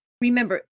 remember